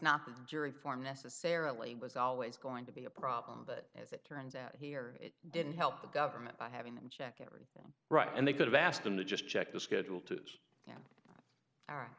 not the jury form necessarily was always going to be a problem but as it turns out here it didn't help the government by having them check everything right and they could have asked them to just check the schedule